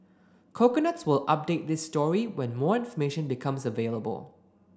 coconuts will update this story when more information becomes available